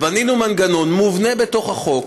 בנינו מנגנון מובנה בתוך החוק,